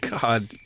God